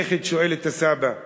הנכד שואל את הסבא: